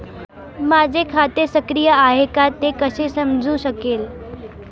माझे खाते सक्रिय आहे का ते कसे समजू शकेल?